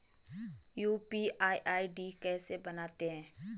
UPI ID कैसे बनाते हैं?